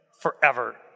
forever